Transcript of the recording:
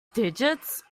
digits